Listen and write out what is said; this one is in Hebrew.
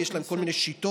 יש להם כל מיני שיטות,